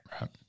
Right